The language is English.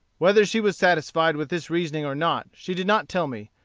whether she was satisfied with this reasoning or not she did not tell me,